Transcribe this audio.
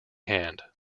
hand